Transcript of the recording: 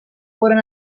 foren